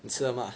你吃了吗